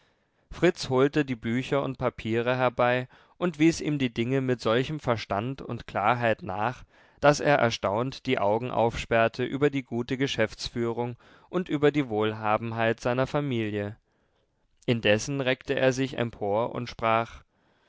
fritz holte die bücher und papiere herbei und wies ihm die dinge mit solchem verstand und klarheit nach daß er erstaunt die augen aufsperrte über die gute geschäftsführung und über die wohlhabenheit seiner familie indessen reckte er sich empor und sprach